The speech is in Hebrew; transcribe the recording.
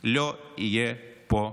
לא יהיה פה הייטק.